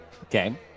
Okay